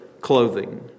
clothing